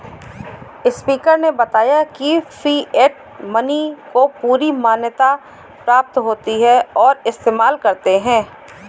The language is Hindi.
स्पीकर ने बताया की फिएट मनी को पूरी मान्यता प्राप्त होती है और इस्तेमाल करते है